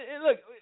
look